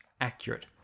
accurate